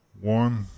One